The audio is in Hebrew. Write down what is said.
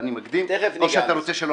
--- תיכף ניגע בזה.